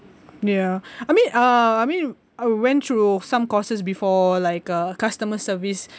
ya I mean uh I mean I went through some courses before like a customer service